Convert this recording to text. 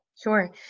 Sure